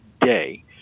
day